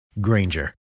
Granger